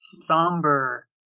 somber